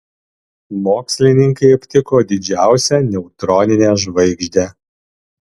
mokslininkai aptiko didžiausią neutroninę žvaigždę